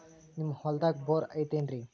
ನಿಮ್ಮ ಹೊಲ್ದಾಗ ಬೋರ್ ಐತೇನ್ರಿ?